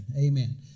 Amen